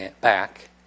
back